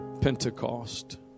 Pentecost